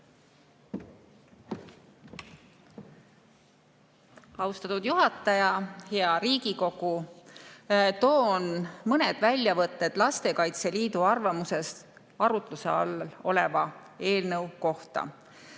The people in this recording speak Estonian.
Austatud juhataja! Hea Riigikogu! Toon mõned väljavõtted Lastekaitse Liidu arvamusest arutluse all oleva eelnõu kohta.